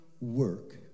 work